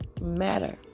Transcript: matter